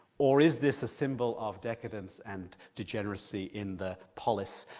or is this a symbol of decadence and degeneracy in the polis?